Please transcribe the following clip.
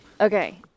Okay